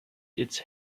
its